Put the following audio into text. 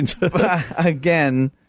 Again